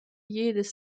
jedes